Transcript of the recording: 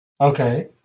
Okay